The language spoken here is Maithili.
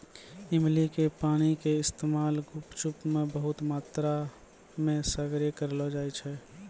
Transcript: इमली के पानी के इस्तेमाल गुपचुप मे बहुते मात्रामे सगरे करलो जाय छै